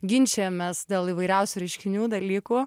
ginčijamės dėl įvairiausių reiškinių dalykų